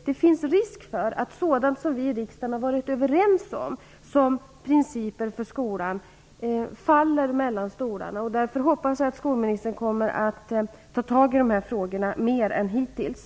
Det finns risk för att sådant som vi i riksdagen har varit överens om som principer för skolan, faller mellan stolarna. Därför hoppas jag att skolministern kommer att ta tag i dessa frågor mer än hittills.